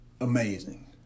amazing